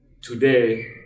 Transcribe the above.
Today